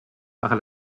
par